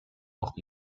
auch